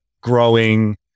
growing